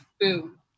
boom